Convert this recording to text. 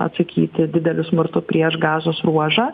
atsakyti dideliu smurtu prieš gazos ruožą